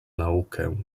naukę